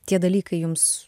tie dalykai jums